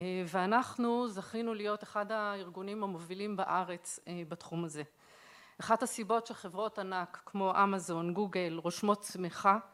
ואנחנו זכינו להיות אחד הארגונים המובילים בארץ בתחום הזה. אחת הסיבות שחברות ענק כמו אמזון, גוגל, רושמות צמחה